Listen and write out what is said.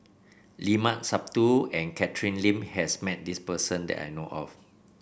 Limat Sabtu and Catherine Lim has met this person that I know of